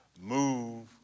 move